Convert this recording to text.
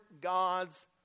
God's